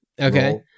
Okay